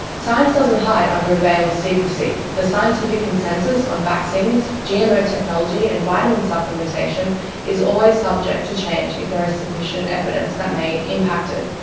science doesn't hide under a veil of secrecy, the scientific consensus on vaccines, gmo technology and vitamin supplementation is always subject to change if there is sufficient reproducible evidence that may impact it.